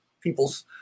people's